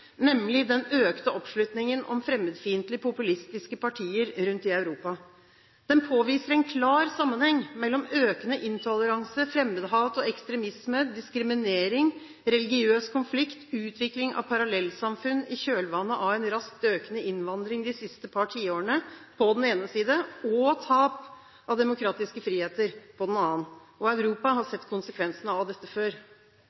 nemlig den økte oppslutningen om fremmedfiendtlige, populistiske partier rundt i Europa. Den påviser en klar sammenheng mellom økende intoleranse, fremmedhat og ekstremisme, diskriminering, religiøs konflikt, utvikling av parallellsamfunn i kjølvannet av en raskt økende innvandring de siste par tiårene på den ene siden og tap av demokratiske friheter på den andre siden. Europa har